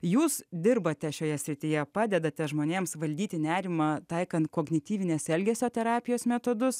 jūs dirbate šioje srityje padedate žmonėms valdyti nerimą taikant kognityvinės elgesio terapijos metodus